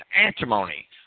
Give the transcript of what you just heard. antimony